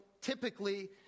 typically